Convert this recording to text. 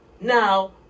Now